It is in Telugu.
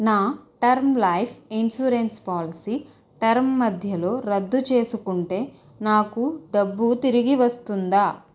నా term life insurance policy term మధ్యలో రద్దు చేసుకుంటే నాకు డబ్బు తిరిగి వస్తుందా